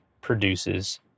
produces